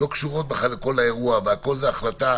קודם כול, בתהליך הקדם הזה.